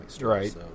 Right